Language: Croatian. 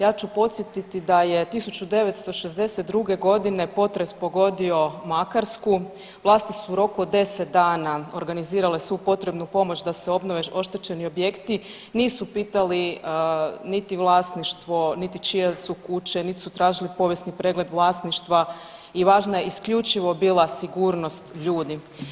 Ja ću podsjetiti da je 1962.g. potres pogodio Makarsku, vlasi su u roku od 10 dana organizirale svu potrebnu pomoć da se obnove oštećeni objekti, nisu pitali niti vlasništvo, niti čije su kuće niti su tražili povijesni pregled vlasništva i važna je isključivo bila sigurnost ljudi.